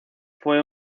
fue